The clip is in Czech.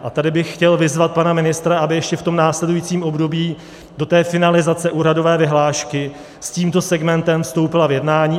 A tady bych chtěl vyzvat pana ministra, aby ještě v tom následujícím období do té finalizace úhradové vyhlášky s tímto segmentem vstoupil v jednání.